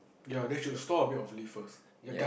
ya then should store a bit of leave first